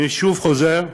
אני שוב חוזר: